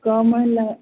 କମ ହେଲେ